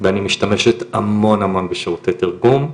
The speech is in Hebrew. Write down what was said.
ואני משתמשת המון המון בשירותי תרגום.